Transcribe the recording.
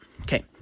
Okay